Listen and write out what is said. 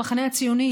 המחנה הציוני,